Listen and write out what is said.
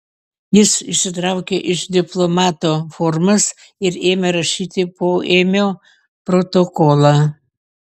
jis išsitraukė iš diplomato formas ir ėmė rašyti poėmio protokolą